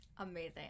Amazing